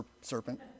serpent